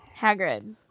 hagrid